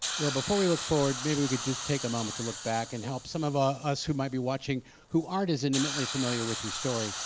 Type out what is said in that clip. well, before we look forward, maybe we can just take a moment to look back and help some of ah us who might be watching who aren't as intimately familiar with your story.